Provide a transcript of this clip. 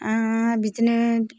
आरो बिदिनो